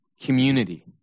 community